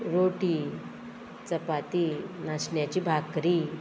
रोटी चपाती नाशण्याची भाकरी